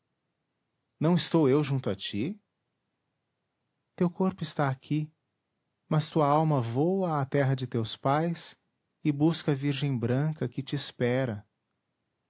não estou eu junto a ti teu corpo está aqui mas tua alma voa à terra de teus pais e busca a virgem branca que te espera